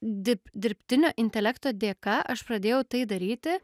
dirb dirbtinio intelekto dėka aš pradėjau tai daryti